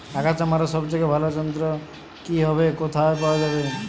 আগাছা মারার সবচেয়ে ভালো যন্ত্র কি হবে ও কোথায় পাওয়া যাবে?